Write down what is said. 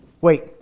wait